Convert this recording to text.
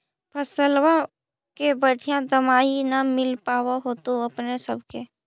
फसलबा के बढ़िया दमाहि न मिल पाबर होतो अपने सब के?